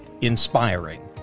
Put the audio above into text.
Inspiring